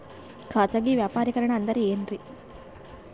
ಖಾಸಗಿ ವ್ಯಾಪಾರಿಕರಣ ಅಂದರೆ ಏನ್ರಿ?